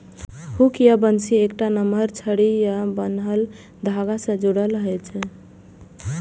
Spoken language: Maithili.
हुक या बंसी एकटा नमहर छड़ी सं बान्हल धागा सं जुड़ल होइ छै